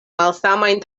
malsamajn